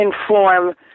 inform